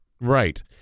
Right